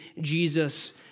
Jesus